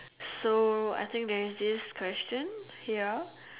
so I think there is this question ya